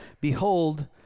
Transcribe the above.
Behold